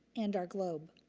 and our globe.